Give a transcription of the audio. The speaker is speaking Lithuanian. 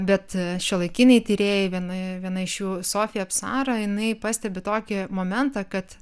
bet šiuolaikiniai tyrėjai viena viena iš jų sofija psara jinai pastebi tokį momentą kad